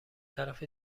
طرف